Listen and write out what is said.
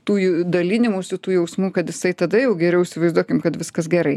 tų jų dalinimųsi tų jausmų kad jisai tada jau geriau įsivaizduokim kad viskas gerai